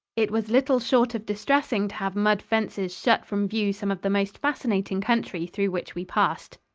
it was little short of distressing to have mud fences shut from view some of the most fascinating country through which we passed.